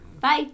bye